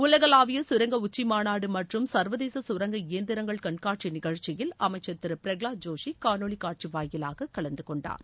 உலகளாவிய சுரங்க உச்சி மாநாடு மற்றும் சர்வதேச சுரங்க இயந்திரங்கள் கண்காட்சி நிகழ்ச்சியில் அமைச்சர் திரு பிரகவாத் ஜோஷி காணொலிக் காட்சி வாயிலாகக் கலந்து கொண்டார்